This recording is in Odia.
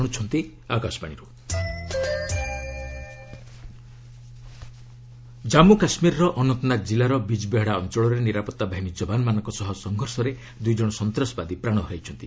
ଜେକେ ଗନ୍ଫାଇଟ୍ ଜାମ୍ମୁ କାଶ୍କୀରର ଅନନ୍ତନାଗ କିଲ୍ଲାର ବିଜ୍ ବେହଡ଼ା ଅଞ୍ଚଳରେ ନିରାପତ୍ତା ବାହିନୀ ଯବାନମାନଙ୍କ ସହ ସଂଘର୍ଷରେ ଦୁଇ ଜଣ ସନ୍ତାସବାଦୀ ପ୍ରାଣ ହରାଇଛନ୍ତି